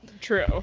true